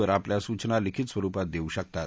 वर आपल्या सूचना लिखित स्वरुपात देऊ शकतात